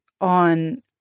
on